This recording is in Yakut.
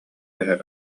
эһэ